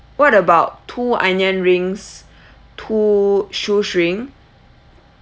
what about two onion rings two shoestring